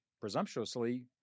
presumptuously